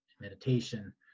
meditation